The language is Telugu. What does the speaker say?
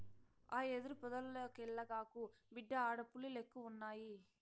ఆ యెదురు పొదల్లోకెల్లగాకు, బిడ్డా ఆడ పులిలెక్కువున్నయి